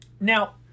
Now